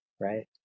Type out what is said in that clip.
right